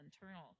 internal